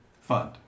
Fund